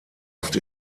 oft